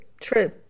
true